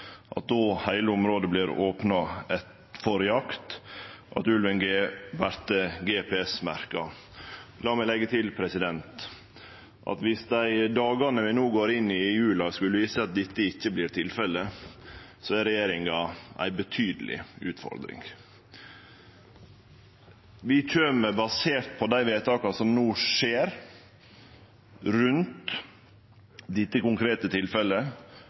området då vert opna for jakt, og at ulven vert GPS-merka. Lat meg leggje til at om det i dei dagane vi no går inn i, i jula, skulle vise seg at dette ikkje vert tilfelle, har regjeringa ei betydeleg utfordring. Vi kjem, basert på dei vedtaka som no skjer rundt dette konkrete tilfellet